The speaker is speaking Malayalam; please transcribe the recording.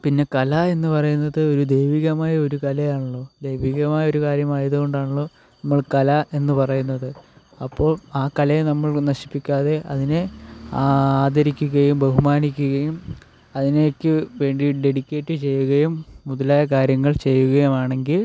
പിന്നെ കല എന്ന് പറയുന്നത് ഒരു ദൈവികമായ ഒരു കലയാണല്ലോ ദൈവികമായ ഒരു കാര്യമായതുകൊണ്ടാണല്ലോ നമ്മൾ കല എന്ന് പറയുന്നത് അപ്പോൾ ആ കലയെ നമ്മൾ നശിപ്പിക്കാതെ അതിനെ ആദരിക്കുകയും ബഹുമാനിക്കുകയും അതിലേക്ക് വേണ്ടി ഡെഡിക്കേറ്റ് ചെയ്യുകയും മുതലായ കാര്യങ്ങൾ ചെയ്യുകയുമാണെങ്കിൽ